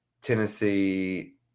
Tennessee